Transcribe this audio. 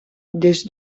des